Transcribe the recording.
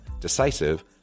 decisive